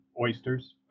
oysters